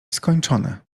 skończone